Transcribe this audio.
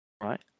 Right